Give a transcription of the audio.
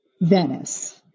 Venice